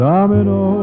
Domino